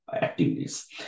activities